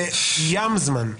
זה "ים זמן".